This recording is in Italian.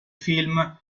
film